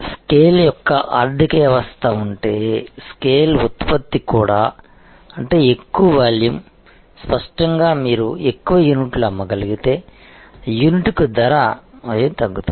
scale యొక్క ఆర్థిక వ్యవస్థ ఉంటే స్కేల్ ఉత్పత్తి కూడా అంటే ఎక్కువ వాల్యూమ్ స్పష్టంగా మీరు ఎక్కువ యూనిట్లు అమ్మగలిగితే యూనిట్కు స్థిర వ్యయం తగ్గుతుంది